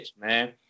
man